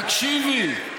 תקשיבי.